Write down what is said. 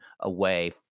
away